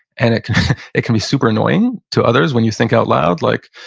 and it can it can be super annoying to others when you think out loud like,